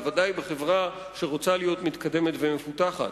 ודאי בחברה שרוצה להיות מתקדמת ומפותחת.